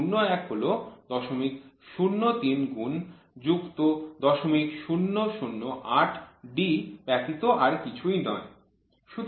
IT01 হল ০০3 গুন যুক্ত ০০০8D ব্যতীত আর কিছুই নয়